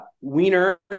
Wiener